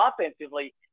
offensively